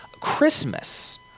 Christmas